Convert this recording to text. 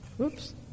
Oops